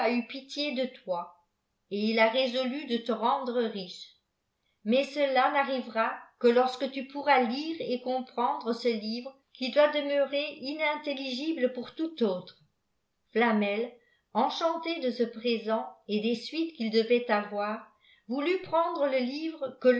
eu pitié de toi eh il a résolu de te rendre riphe mais cela n'arrivera que lorsque tupotfrrdglire et comprendre ce livre qui doit demeurer inintelligible pour tout autre fisivmi enchanté de qe présent et des suites qu'il devait avoir ilnt prendre le livre